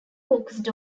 focused